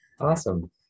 awesome